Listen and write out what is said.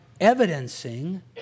evidencing